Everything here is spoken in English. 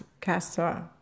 Castor